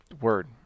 word